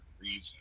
reason